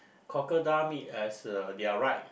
crocodile meat as they're right